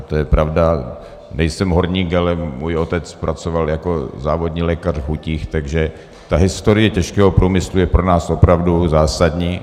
To je pravda, nejsem horník, ale můj otec pracoval jako závodní lékař v hutích, takže ta historie těžkého průmyslu je pro nás opravdu zásadní.